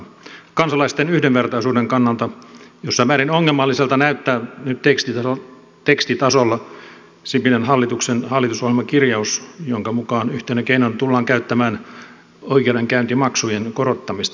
kansalaisten yhdenvertaisuuden kannalta jossain määrin ongelmalliselta näyttää nyt tekstitasolla sipilän hallituksen hallitusohjelman kirjaus jonka mukaan yhtenä keinona tullaan käyttämään oikeudenkäyntimaksujen korottamista